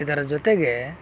ಇದರ ಜೊತೆಗೆ